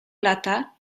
lata